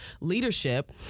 leadership